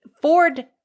Ford